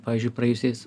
pavyzdžiui praėjusiais